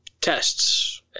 tests